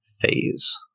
phase